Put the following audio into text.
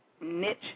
niche